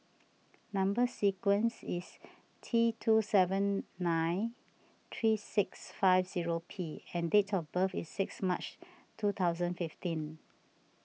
Number Sequence is T two seven nine three six five zero P and date of birth is six March two thousand fifteen